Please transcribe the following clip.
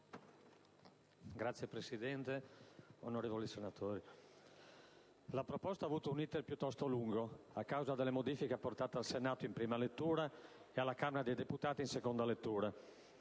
la proposta in esame ha avuto un *iter* piuttosto lungo a causa delle modifiche apportate al Senato in prima lettura, e alla Camera dei deputati in seconda lettura.